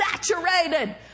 saturated